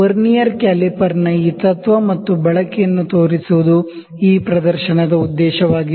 vernier ಕ್ಯಾಲಿಪರ್ನ ಈ ತತ್ವ ಮತ್ತು ಬಳಕೆಯನ್ನು ತೋರಿಸುವುದು ಈ ಪ್ರದರ್ಶನದ ಉದ್ದೇಶವಾಗಿತ್ತು